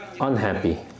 unhappy